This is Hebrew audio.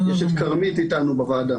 יש את כרמית איתנו בוועדה.